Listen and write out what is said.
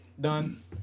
Done